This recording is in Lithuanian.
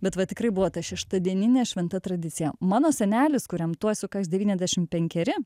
bet va tikrai buvo ta šeštadieninė šventa tradicija mano senelis kuriam tuoj sukaks devyniasdešim penkeri